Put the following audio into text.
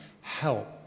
help